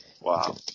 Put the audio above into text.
Wow